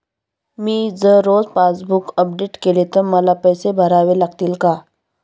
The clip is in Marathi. मी जर रोज पासबूक अपडेट केले तर मला पैसे भरावे लागतील का?